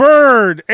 Bird